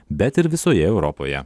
bet ir visoje europoje